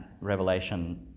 Revelation